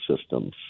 systems